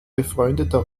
befreundeter